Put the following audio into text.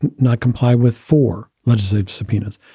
not comply with four legislative subpoenas.